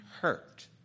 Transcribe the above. hurt